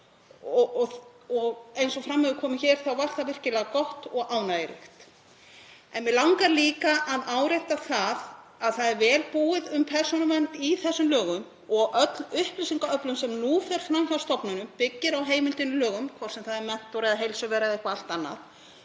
Eins og fram hefur komið hér var það virkilega gott og ánægjulegt. En mig langar líka að árétta að vel er búið um persónuvernd í þessum lögum og öll upplýsingaöflun sem nú fer fram hjá stofnunum byggist á heimild í lögum, hvort sem það er Mentor eða Heilsuvera eða eitthvað allt annað.